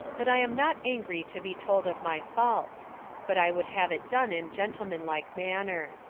that i am not angry to be told of my faults but i would have it done in gentlemanlike manner.